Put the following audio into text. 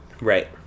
Right